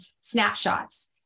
snapshots